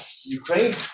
Ukraine